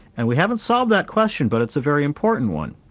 and we haven't solved that question but it's a very important one.